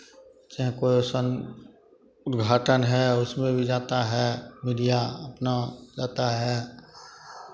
चाहे कोई ओइसन उद्घाटन है उसमें भी जाता है मीडिया अपना जाता है